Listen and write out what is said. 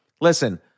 listen